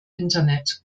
internet